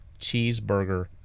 cheeseburger